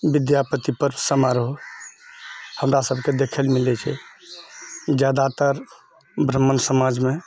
विद्यापति पर्व समारोह हमरा सबके देखए लए मिलैत छै जादातर ब्राह्मण समाजमे